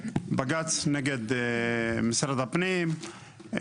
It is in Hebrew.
בג"ץ נגד משרד הפנים,